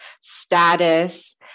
status